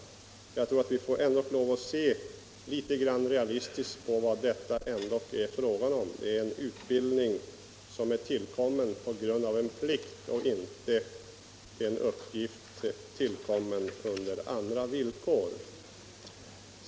Jag tror att vi får lov att se litet realistiskt på vad det är fråga om. Det är en utbildning som är tillkommen på grund av en plikt och inte en uppgift, tillkommen under andra villkor.